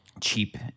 cheap